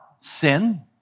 sin